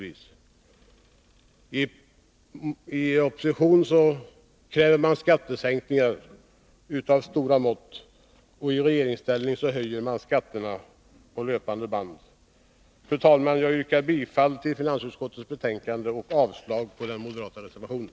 I opposition kräver de skattesänkningar av stora mått, i regeringsställning höjer de skatterna på löpande band. Fru talman! Jag yrkar bifall till utskottets hemställan och avslag på den moderata reservationen.